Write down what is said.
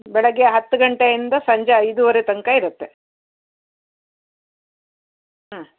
ಬೆಳಿಗ್ಗೆ ಹತ್ತು ಗಂಟೆಯಿಂದ ಸಂಜೆ ಐದೂವರೆ ತನಕ ಇರುತ್ತೆ ಹ್ಞೂ